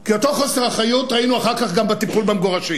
כי את אותו חוסר אחריות ראינו אחר כך גם בטיפול במגורשים,